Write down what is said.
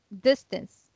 distance